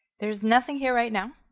there's nothing here right now,